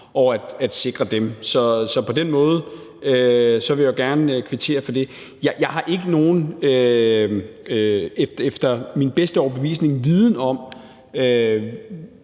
og at sikre dem. Så jeg vil gerne kvittere for det. Jeg har efter min bedste overbevisning ikke